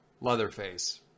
Leatherface